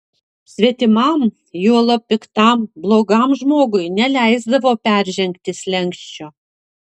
svetimam juolab piktam blogam žmogui neleisdavo peržengti slenksčio